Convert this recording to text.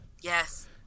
Yes